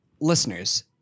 listeners